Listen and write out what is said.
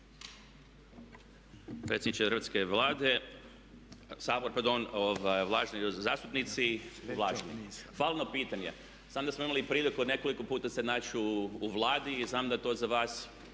Hvala na pitanju, znam da smo imali priliku nekoliko puta se naći u Vladi i znam da to za vas